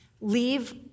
leave